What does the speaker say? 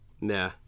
nah